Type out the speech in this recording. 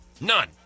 None